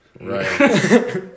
Right